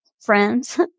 friends